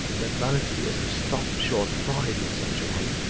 that vanity is a stop-short pride in such a one,